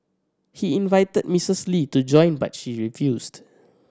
he invited Mistress Lee to join but she refused